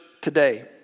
today